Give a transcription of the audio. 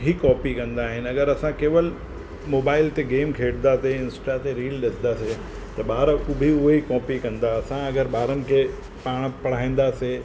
ही कॉपी कंदा आहिनि अगरि असां केवल मोबाइल ते गेम खेॾंदा इंस्टा ते रील ॾिसंदासीं त ॿार बि उहा ई कॉपी कंदा असां अगरि ॿारनि खे पाणि पढ़ाईंदासीं